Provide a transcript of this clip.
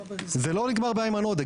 זה לא נגמר באיימן עודה.